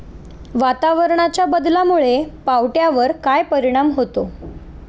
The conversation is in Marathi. वातावरणाच्या बदलामुळे पावट्यावर काय परिणाम होतो?